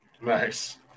Nice